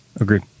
Agreed